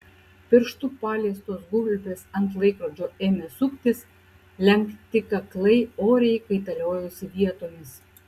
pirštu paliestos gulbės ant laikrodžio ėmė suktis lenkti kaklai oriai kaitaliojosi vietomis